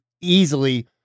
easily